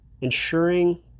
ensuring